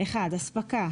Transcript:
(1) הספקה,